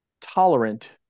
tolerant